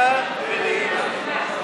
לעילא ולעילא,